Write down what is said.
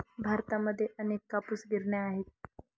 भारतामध्ये अनेक कापूस गिरण्या आहेत